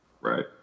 right